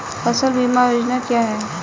फसल बीमा योजना क्या है?